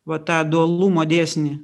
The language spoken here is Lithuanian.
va tą dualumo dėsnį